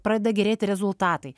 pradeda gerėti rezultatai